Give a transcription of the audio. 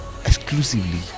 exclusively